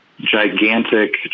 gigantic